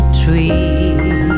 tree